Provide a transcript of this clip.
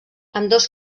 ambdós